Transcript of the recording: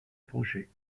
projet